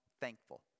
thankful